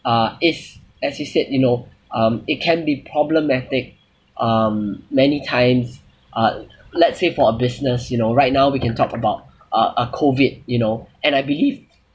uh is as you've said you know um it can be problematic um many times uh let's say for a business you know right now we can talk about uh uh COVID you know and I believe